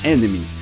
Enemy